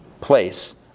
place